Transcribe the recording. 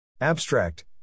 Abstract